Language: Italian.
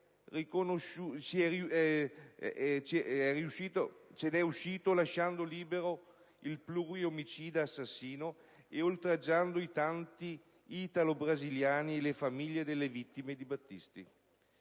Eppure Lula ha lasciato libero il pluriomicida assassino, oltraggiando i tanti italo-brasiliani e le famiglie delle vittime di Battisti.